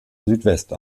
südwest